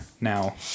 now